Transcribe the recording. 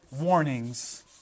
warnings